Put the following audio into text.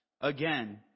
Again